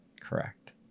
correct